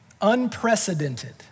Unprecedented